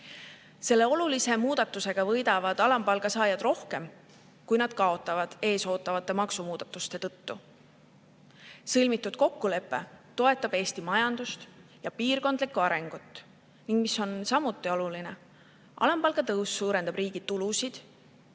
Selle olulise muudatusega võidavad alampalga saajad rohkem, kui nad kaotavad ees ootavate maksumuudatuste tõttu. Sõlmitud kokkulepe toetab Eesti majandust ja piirkondlikku arengut. Ning mis on samuti oluline, alampalga tõus suurendab riigi tulusid,